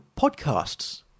podcasts